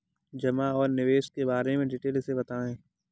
जमा और निवेश के बारे में डिटेल से बताएँ?